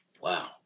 Wow